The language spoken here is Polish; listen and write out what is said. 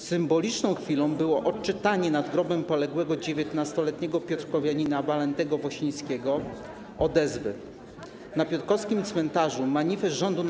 Symboliczną chwilą było odczytanie nad grobem poległego 19-letniego piotrkowianina Walentego Wosińskiego na piotrkowskim cmentarzu manifestu Rządu